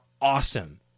awesome